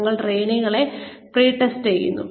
ഞങ്ങൾ ട്രെയിനികളെ പ്രീടെസ്റ്റ് ചെയ്യുന്നു